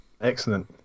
Excellent